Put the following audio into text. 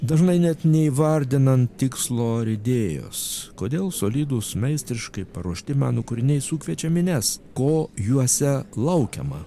dažnai net neįvardinant tikslo ar idėjos kodėl solidūs meistriškai paruošti meno kūriniai sukviečia minias ko juose laukiama